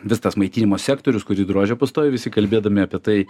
visas maitinimo sektorius kurį drožia pastoviai visi kalbėdami apie tai